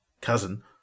cousin